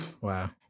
Wow